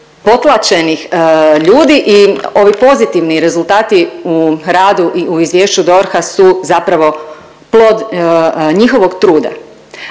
potlačenih ljudi i ovi pozitivni rezultati u radu i u izvješću DORH-a su zapravo plod njihovog truda,